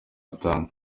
atanga